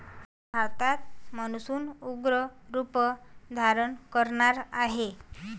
भारतात मान्सून उग्र रूप धारण करणार आहे